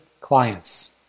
clients